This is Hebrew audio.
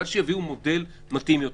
שיביאו מודל מתאים יותר.